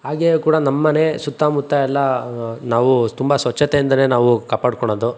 ಹಾಗೆಯೇ ಕೂಡ ನಮ್ಮಮನೆ ಸುತ್ತಮುತ್ತ ಎಲ್ಲ ನಾವು ತುಂಬ ಸ್ವಚ್ಚತೆಯಿಂದ ನಾವು ಕಾಪಾಡ್ಕೊಳೋದು